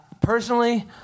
personally